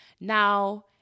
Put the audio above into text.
Now